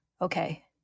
Okay